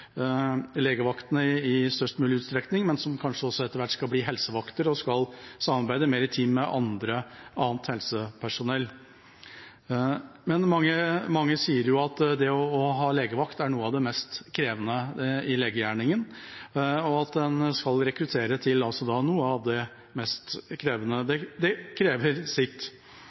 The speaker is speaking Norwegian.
at det i størst mulig utstrekning er allmennlegene som driver legevaktene, som kanskje også etter hvert skal bli helsevakter og skal samarbeide mer i team med annet helsepersonell. Men mange sier at det å ha legevakt er noe av det mest krevende i legegjerningen, og at en skal rekruttere til noe av det mest krevende, det krever sitt.